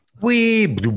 Wee